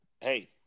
hey